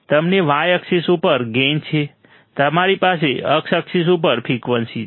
તમને y axis ઉપર gain છે તમારી પાસે x એક્સિસ ઉપર ફ્રિકવન્સી છે